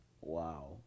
Wow